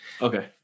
Okay